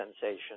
sensation